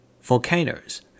volcanoes